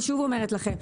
אני שוב אומרת לכם,